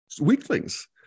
weaklings